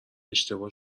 اشتباه